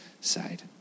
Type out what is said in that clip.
side